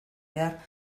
behar